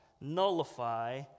nullify